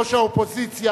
ראש האופוזיציה,